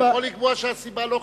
הוא יכול לקבוע שהסיבה לא חלפה.